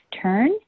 turn